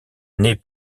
naît